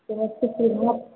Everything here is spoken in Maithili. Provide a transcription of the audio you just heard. समस्तीपुर घाट